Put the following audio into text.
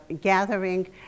gathering